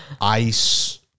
ice